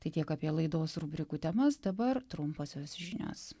tai tiek apie laidos rubrikų temas dabar trumposios žinios